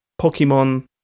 Pokemon